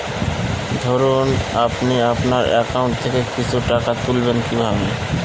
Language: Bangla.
ধরুন আপনি আপনার একাউন্ট থেকে কিছু টাকা তুলবেন কিভাবে?